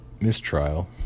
mistrial